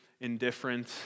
indifferent